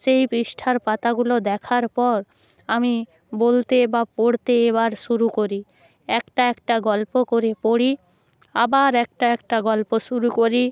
সেই পৃষ্ঠার পাতাগুলো দেখার পর আমি বলতে বা পড়তে এবার শুরু করি একটা একটা গল্প করে পড়ি আবার একটা একটা গল্প শুরু করি